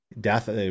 death